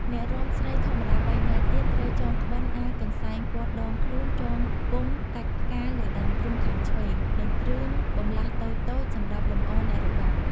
អ្នករាំស្រីធម្មតា៣នាក់ទៀត ត្រូវចងក្បិន អាវ កន្សែងព័ត្ធដងខ្លួនចងពង់កាច់ផ្កាលើដើមទ្រូងខាងឆ្វេង និងគ្រឿងបន្លាស់តូចៗសម្រាប់លម្អអ្នករបាំ។